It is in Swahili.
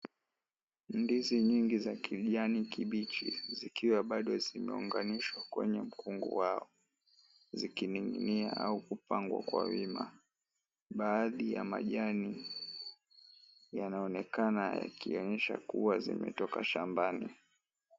Ndizi nyingi za kijani kibichi zikiwa bado zimeunganishwa kwenye ukungu wao zikining'inia au kupangwa kwa wima. Baadhi ya majani yanaonekana yakionyesha kuwa zimetoka shambani.